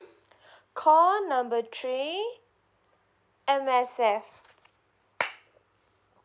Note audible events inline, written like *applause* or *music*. *breath* call number three M_S_F